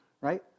right